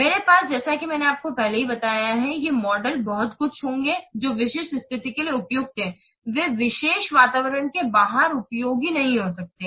मेरे पास जैसा कि मैंने आपको पहले ही बताया है ये मॉडल बहुत कुछ होंगे जो विशिष्ट स्थिति के लिए उपयुक्त हैं वे विशेष वातावरण के बाहर उपयोगी नहीं हो सकते हैं